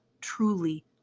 truly